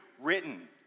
written